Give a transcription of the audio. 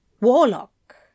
Warlock